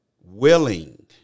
willing